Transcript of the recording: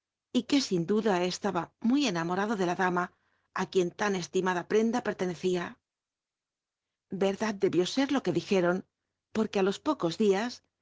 y que sin duda estaba muy enamorado de la dama á c uicn lan c limada prcnlla pertenecía ycrdad dcbiú ser lo que dijeron porque il los pocos clias